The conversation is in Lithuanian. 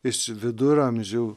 iš viduramžių